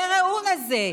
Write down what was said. וראו נא זה,